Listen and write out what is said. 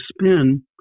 spin